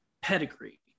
pedigree